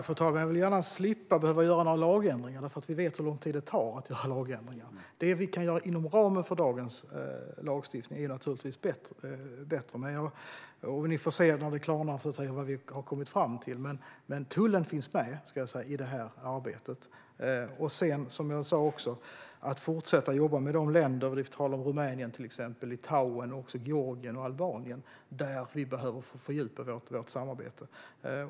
Fru talman! Jag vill gärna slippa behöva göra några lagändringar - vi vet ju hur lång tid det tar att genomföra lagändringar. Det vi kan göra inom ramen för dagens lagstiftning är naturligtvis bättre. Ni får se när det klarnar vad vi har kommit fram till. Men tullen finns med i arbetet. Det handlar också om att fortsätta att jobba med de länder - Rumänien, Litauen, Georgien och Albanien - där Sverige behöver fördjupa sitt samarbete.